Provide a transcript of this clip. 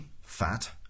fat